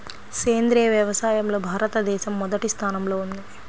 సేంద్రీయ వ్యవసాయంలో భారతదేశం మొదటి స్థానంలో ఉంది